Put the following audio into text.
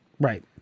Right